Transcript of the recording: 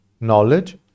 knowledge